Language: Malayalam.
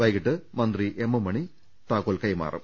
വൈകിട്ട് മന്ത്രി എം എം മണി താക്കോൽദാനം കൈമാറും